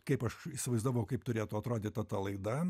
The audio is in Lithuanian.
kaip aš įsivaizdavau kaip turėtų atrodyti ta laida